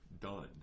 done